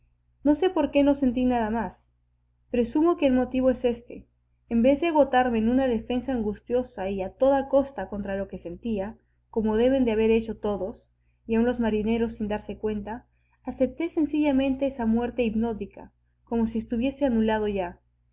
no sé por qué no sentí nada más presumo que el motivo es éste en vez de agotarme en una defensa angustiosa y a toda costa contra lo que sentía como deben de haber hecho todos y aún los marineros sin darse cuenta acepté sencillamente esa muerte hipnótica como si estuviese anulado ya